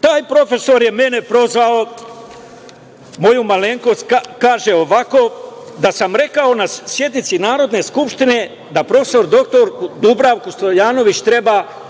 Taj profesor je mene prozvao, moju malenkost. Kaže da sam rekao na sednici Narodne skupštine da prof. dr Dubravku Stojanović treba